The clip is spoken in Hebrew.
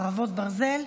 חרבות ברזל)